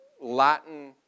Latin